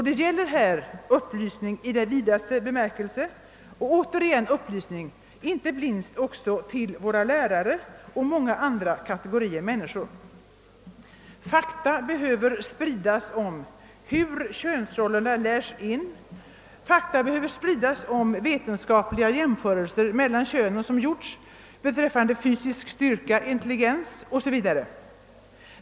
Det gäller här upplysning i ordets vidaste bemärkelse, inte minst också till lärarna och många andra kategorier människor. Fakta om hur könsrollerna lärs in, om vetenskap liga jämförelser som gjorts beträffande fysisk styrka, intelligens o.s. v. mellan könen behöver spridas.